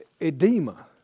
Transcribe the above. edema